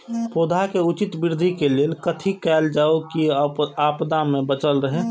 पौधा के उचित वृद्धि के लेल कथि कायल जाओ की आपदा में बचल रहे?